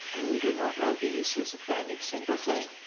and we do not know the uses of any single thing.